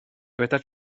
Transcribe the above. dyweda